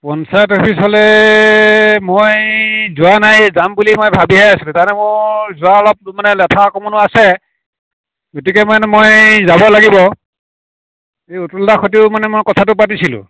পঞ্চায়ত অফিচলে মই যোৱা নাই এ যাম বুলি মই ভাৱিহে আছিলোঁ মানে মোৰ যোৱা অলপ মানে লেঠা অকণমানো আছে গতিকে মানে মই যাব লাগিব এই অতুল দাৰ সৈতেও মানে মই কথাটো পাতিছিলোঁ